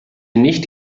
nicht